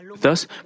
Thus